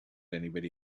anybody